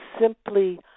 simply